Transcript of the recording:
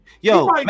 yo